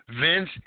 Vince